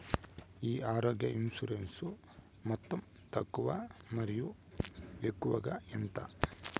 ఈ ఆరోగ్య ఇన్సూరెన్సు మొత్తం తక్కువ మరియు ఎక్కువగా ఎంత?